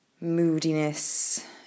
moodiness